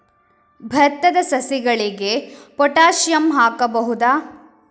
ಭತ್ತದ ಸಸಿಗಳಿಗೆ ಪೊಟ್ಯಾಸಿಯಂ ಹಾಕಬಹುದಾ?